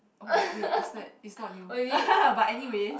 oh wait is that it's not new but anyways